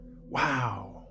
Wow